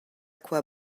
quoi